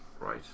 Right